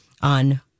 on